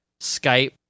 Skype